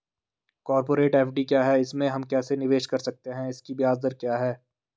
Corporate FD क्या है इसमें हम कैसे निवेश कर सकते हैं इसकी ब्याज दर क्या है?